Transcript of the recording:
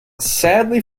sadly